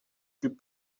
plus